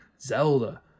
Zelda